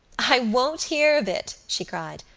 i won't hear of it, she cried.